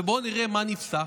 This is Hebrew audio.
בואו נראה מה נפסק,